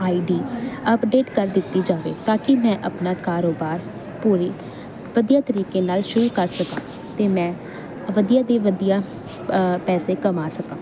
ਆਈ D update ਕਰ ਦਿੱਤੀ ਜਾਵੇ ਤਾਂ ਕਿ ਮੈਂ ਆਪਣਾ ਕਾਰੋਬਾਰ ਕੋਈ ਵਧੀਆ ਤਰੀਕੇ ਨਾਲ ਸ਼ੁਰੂ ਕਰ ਸਕਾਂ ਤੇ ਮੈਂ ਵਧੀਆ ਦੇ ਵਧੀਆ ਪੈਸੇ ਕਮਾ ਸਕਾਂ